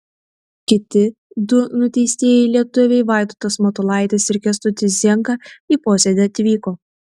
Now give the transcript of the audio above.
kiti du nuteistieji lietuviai vaidotas matulaitis ir kęstutis zienka į posėdį atvyko